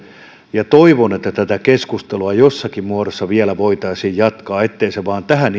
ja toivon että tätä keskustelua jossakin muodossa vielä voitaisiin jatkaa ettei se tähän iltaan